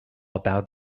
about